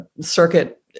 circuit